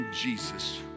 Jesus